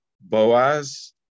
Boaz